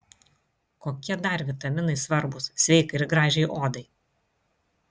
kokie dar vitaminai svarbūs sveikai ir gražiai odai